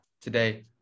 Today